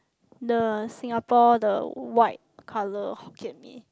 the Singapore the white colour Hokkien-Mee